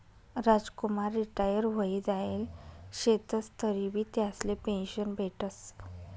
Ramkumar retire व्हयी जायेल शेतंस तरीबी त्यासले पेंशन भेटस